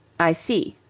i see,